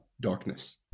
darkness